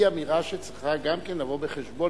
היא אמירה שצריכה גם כן לבוא בחשבון